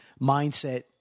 mindset